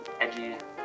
edgy